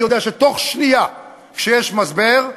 אני יודע שבתוך שנייה, כשיש משבר,